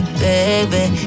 baby